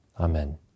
amen